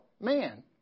man